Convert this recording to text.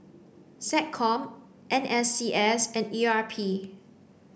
SecCom N S C S and E R P